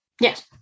Yes